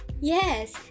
Yes